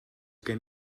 gen